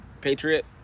patriot